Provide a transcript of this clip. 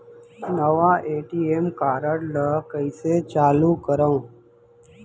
नवा ATM card ल कइसे चालू करव?